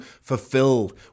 fulfilled